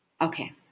Okay